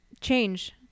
change